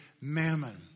mammon